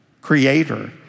creator